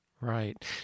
Right